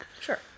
Sure